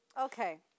Okay